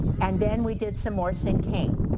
and then we did some more cinquain.